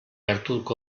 hartuko